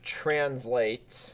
translate